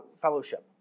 fellowship